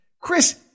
Chris